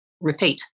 repeat